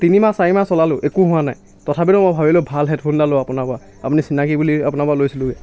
তিনিমাহ চাৰিমাহ চলালোঁ একো হোৱা নাই তথাপিতো মই ভাবিলোঁ ভাল হেডফোন এডাল লওঁ আপোনাৰপৰা আপুনি চিনাকি বুলি আপোনাৰপৰা লৈছিলোঁগৈ